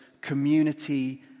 community